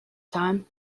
time